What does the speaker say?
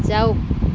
যাওক